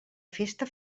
festa